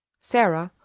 sara,